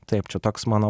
taip čia toks